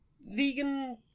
vegan